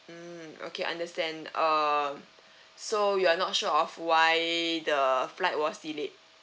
mm okay understand uh so you are not sure why the flight was delayed